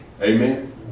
Amen